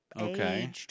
Okay